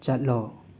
ꯆꯠꯂꯣ